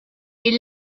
est